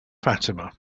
fatima